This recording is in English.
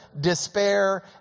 despair